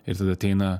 ir tada ateina